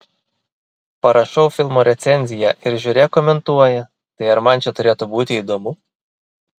parašau filmo recenziją ir žiūrėk komentuoja tai ar man čia turėtų būti įdomu